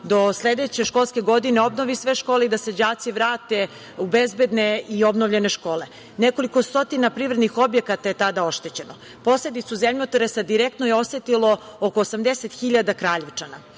do sledeće školske godine obnovi sve škole i da se đaci vrate u bezbedne i obnovljene škole. Nekoliko stotina privrednih objekata je tada oštećeno. Posledicu zemljotresa direktno je osetilo oko 80.000 Kraljevčana.U